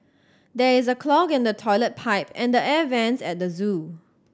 there is a clog in the toilet pipe and the air vents at the zoo